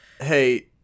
hey